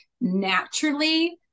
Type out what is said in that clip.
naturally